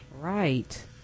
Right